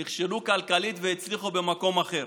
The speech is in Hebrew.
הם נכשלו כלכלית והצליחו במקום אחר.